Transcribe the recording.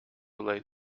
late